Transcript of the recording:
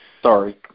Sorry